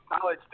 college